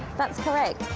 that's correct.